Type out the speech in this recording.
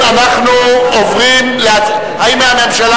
האם מהממשלה,